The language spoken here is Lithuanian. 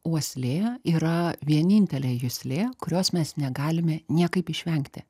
uoslė yra vienintelė juslė kurios mes negalime niekaip išvengti